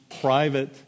private